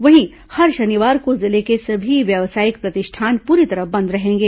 वहीं हर शनिवार को जिले के सभी व्यावसायिक प्रतिष्ठान पूरी तरह बंद रहेंगे